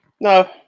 No